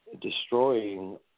destroying